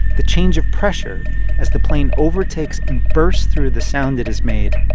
the change of pressure as the plane overtakes and bursts through the sound that is made.